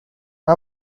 how